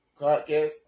Podcast